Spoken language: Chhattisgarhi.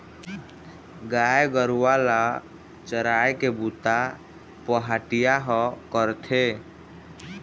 गाय गरूवा ल चराए के बूता पहाटिया ह करथे